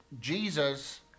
Jesus